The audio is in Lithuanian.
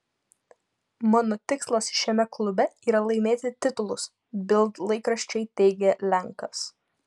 mano tikslas šiame klube yra laimėti titulus bild laikraščiui teigė lenkas